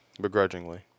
begrudgingly